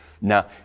Now